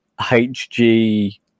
HG